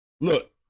look